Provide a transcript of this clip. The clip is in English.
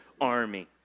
army